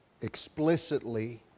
explicitly